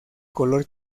color